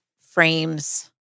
frames